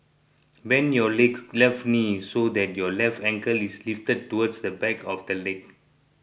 bend your left knee so that your left ankle is lifted towards the back of the leg